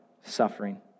suffering